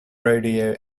rodeo